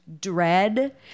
dread